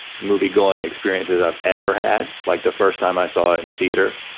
movie going experiences i've ever had, like the first time i saw it in the theater.